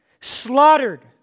slaughtered